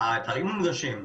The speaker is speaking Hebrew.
האתרים מונגשים.